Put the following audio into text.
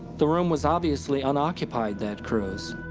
the room was, obviously, unoccupied that cruise.